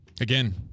Again